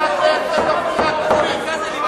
אתם אשמים בחבלה במיקרופונים.